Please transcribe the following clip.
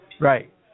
Right